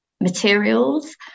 materials